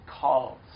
calls